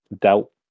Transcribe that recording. doubt